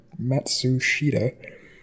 Matsushita